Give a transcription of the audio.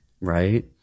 Right